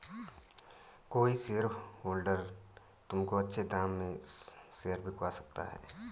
कोई शेयरहोल्डर तुमको अच्छे दाम में शेयर बिकवा सकता है